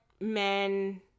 men